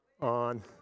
On